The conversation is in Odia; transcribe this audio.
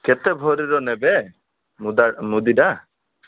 କେତେ ଭରିର ନେବେ ମୁଦ ମୁଦିଟା